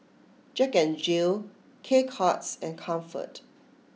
Jack N Jill K Cuts and Comfort